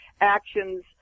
actions